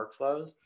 workflows